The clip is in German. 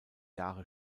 jahre